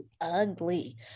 ugly